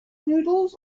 noodles